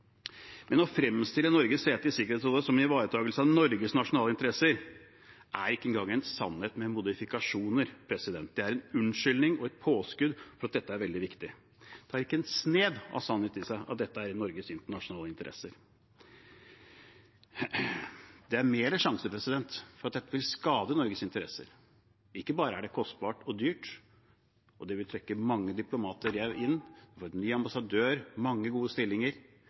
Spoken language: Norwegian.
Å fremstille Norges sete i Sikkerhetsrådet som en ivaretakelse av Norges nasjonale interesser er ikke engang en sannhet med modifikasjoner. Det er en unnskyldning og et påskudd for at dette er veldig viktig. Det har ikke et snev av sannhet i seg at dette er i Norges nasjonale interesse. Det er større sjanse for at dette vil skade Norges interesser. Ikke bare er det kostbart og dyrt – det vil trekke mange diplomater inn, vi får ny ambassadør, mange gode stillinger